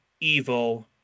evil